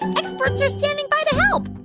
experts are standing by to help.